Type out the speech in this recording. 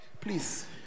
please